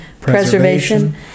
preservation